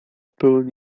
pełen